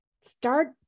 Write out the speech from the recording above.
start